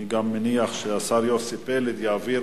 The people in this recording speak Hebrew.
אני גם מניח שהשר יוסי פלד יעביר